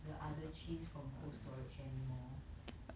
the other cheese from cold storage anymore